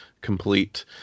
complete